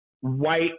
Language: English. white